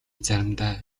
заримдаа